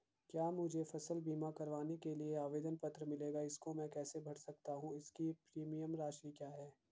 क्या मुझे फसल बीमा करवाने के लिए आवेदन पत्र मिलेगा इसको मैं कैसे भर सकता हूँ इसकी प्रीमियम राशि क्या है?